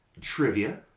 trivia